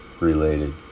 related